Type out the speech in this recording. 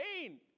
pain